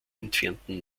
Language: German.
entfernten